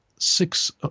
six